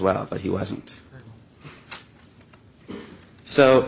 well but he wasn't so